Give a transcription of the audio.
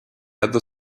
other